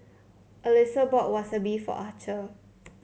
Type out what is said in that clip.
Alisa bought Wasabi for Archer